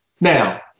Now